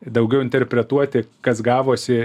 daugiau interpretuoti kas gavosi